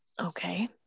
Okay